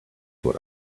what